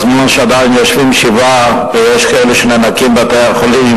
כשעדיין יושבים שבעה ויש כאלה שנאנקים בבתי-החולים,